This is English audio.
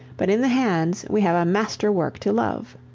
but in the hands we have a master work to love.